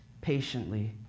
patiently